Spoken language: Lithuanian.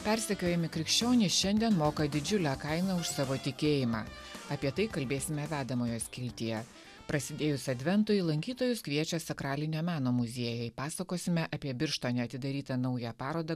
persekiojami krikščionys šiandien moka didžiulę kainą už savo tikėjimą apie tai kalbėsime vedamojo skiltyje prasidėjus adventui lankytojus kviečia sakralinio meno muziejai pasakosime apie birštone atidarytą naują parodą